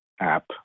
app